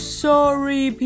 sorry